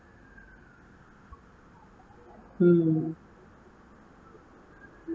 mm